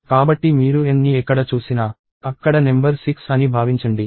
కాబట్టి మీరు n ని ఎక్కడ చూసినా అక్కడ నెంబర్ 6 అని భావించండి